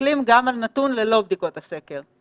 מסתכלים גם על נתון ללא בדיקות הסקר?